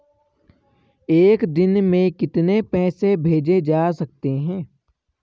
एक दिन में कितने पैसे भेजे जा सकते हैं?